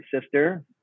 sister